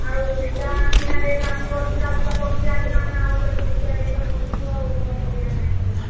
ଆଉ ଯାହା କିଣା ରେଟ୍ ଆମକୁ ଅଧିକା ଅଧିକା ପଡ଼ୁଛି ଆଜ୍ଞା ଆମେ ଆଉ ପେଟ ପୋଷିବା ପାଇଁ ତ କରୁଛୁ ଆଉ କ'ଣ କରିବା ଆଜ୍ଞା କହିଲେ